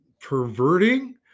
perverting